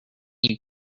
you